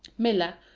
miller,